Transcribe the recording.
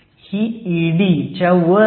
ही ED च्या वर आहे